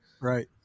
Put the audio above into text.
Right